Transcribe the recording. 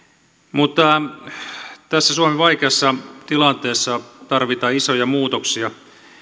mutta tässä suomen vaikeassa tilanteessa tarvitaan isoja muutoksia